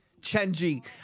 Chenji